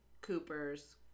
Cooper's